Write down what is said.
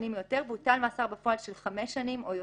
שנים או יותר והוטל מאסר בפועל של חמש שנים או יותר: